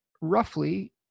roughly